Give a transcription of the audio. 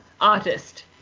artist